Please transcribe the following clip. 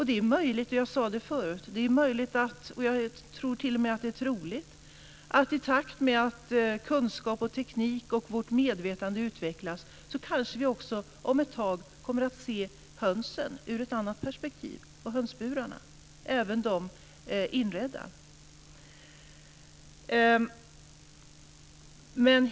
Det är möjligt, det sade jag förut, och t.o.m. troligt att i takt med att kunskap, teknik och vårt medvetande utvecklas kanske vi också om ett tag kommer att se hönsen och hönsburarna ur ett annat perspektiv, även de inredda burarna.